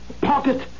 Pocket